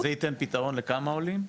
זה ייתן פתרון לאלף עולים.